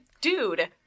dude